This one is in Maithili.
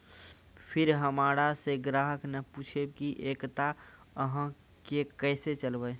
फिर हमारा से ग्राहक ने पुछेब की एकता अहाँ के केसे चलबै?